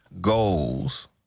goals